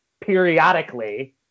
periodically